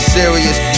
serious